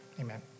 Amen